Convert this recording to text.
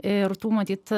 ir tų matyt